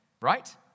right